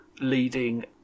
leading